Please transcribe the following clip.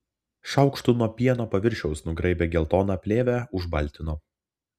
šaukštu nuo pieno paviršiaus nugraibė geltoną plėvę užbaltino